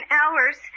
hours